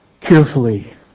carefully